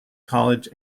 college